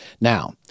Now